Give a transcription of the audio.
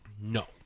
No